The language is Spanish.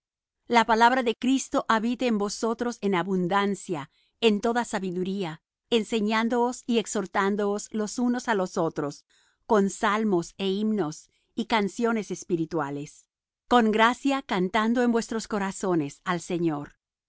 la palabra de cristo habite en vosotros en abundancia en toda sabiduría enseñándoos y exhortándoos los unos á los otros con salmos é himnos y canciones espirituales con gracia cantando en vuestros corazones al señor